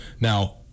Now